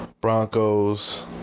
Broncos